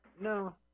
no